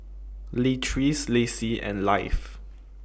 Leatrice Laci and Leif